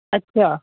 अच्छा